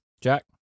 Jack